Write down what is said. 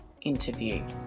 interview